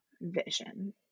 vision